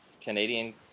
Canadian